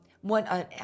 One